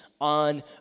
on